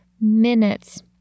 minutes